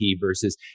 versus